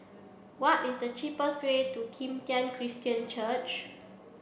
what is the cheapest way to Kim Tian Christian Church